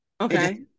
okay